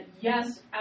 yes